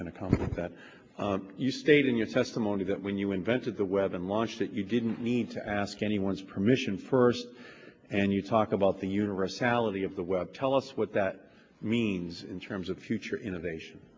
accomplish that you stated in your testimony that when you invented the web and launch that you didn't need to ask anyone's permission first and you talk about the universality of the web tell us what that means in terms of future innovation